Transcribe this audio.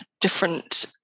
different